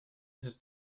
his